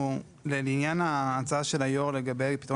לעניין ההצעה של היו"ר לגבי פתרון